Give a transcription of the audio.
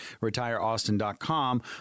retireaustin.com